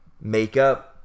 makeup